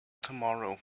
tomorrow